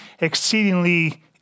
exceedingly